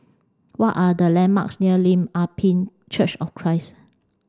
what are the landmarks near Lim Ah Pin Church of Christ